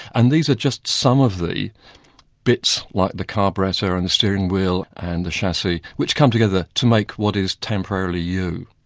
and these are just some of the bits, like the carburettor and the steering wheel and the chassis, which come together to make what is temporarily you.